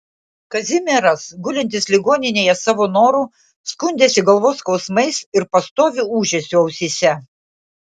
kazimieras gulintis ligoninėje savo noru skundėsi galvos skausmais ir pastoviu ūžesiu ausyse